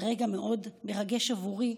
ורגע מאוד מרגש עבורי,